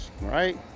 right